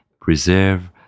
preserve